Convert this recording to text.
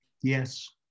yes